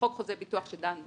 חוק חוזה ביטוח שדן בביטוח,